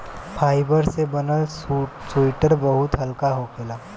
fibre से बनल sweater बहुत हल्का होखेला